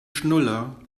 schnuller